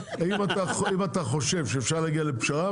אם אתה חושב שאפשר להגיע לפשרה,